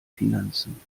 finanzen